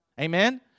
Amen